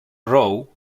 row